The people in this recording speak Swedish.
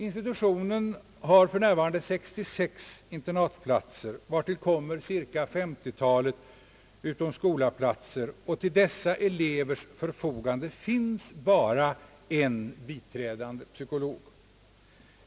Institutionen har för närvarande 66 internatplatser, vartill kommer cirka 50 talet »utomskolaplatser». Till dessa elevers förfogande finns bara en biträdande psykolog.